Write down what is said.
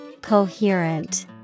Coherent